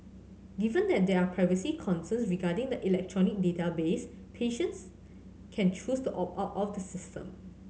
given that there are privacy concerns regarding the electronic database patients can choose to opt out of the system